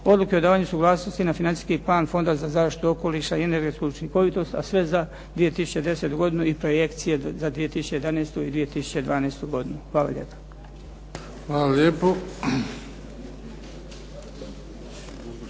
Odluke o davanju suglasnosti na Financijski plan Fonda za zaštitu okoliša i energetsku učinkovitost, a sve za 2010. godinu i projekcije za 2011. i 2012. godinu. Hvala lijepa.